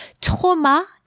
Trauma